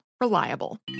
Reliable